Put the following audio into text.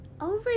Over